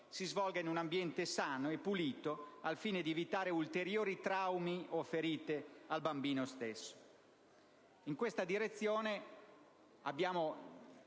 si sviluppi in un ambiente sano e pulito, al fine di evitare ulteriori traumi o ferite al bambino stesso. In questa direzione, abbiamo